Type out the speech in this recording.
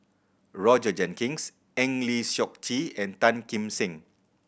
Roger Jenkins Eng Lee Seok Chee and Tan Kim Seng